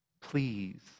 please